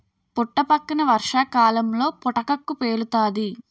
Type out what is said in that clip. పుట్టపక్కన వర్షాకాలంలో పుటకక్కు పేలుతాది